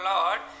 Lord